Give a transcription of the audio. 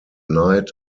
night